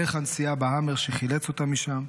דרך הנסיעה בהאמר שחילץ אותו משם,